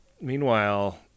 meanwhile